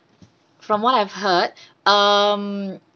from what I've heard um